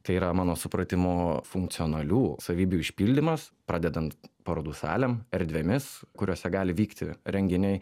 tai yra mano supratimu funkcionalių savybių išpildymas pradedant parodų salėm erdvėmis kuriose gali vykti renginiai